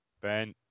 Ben